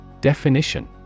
Definition